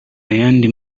ayandi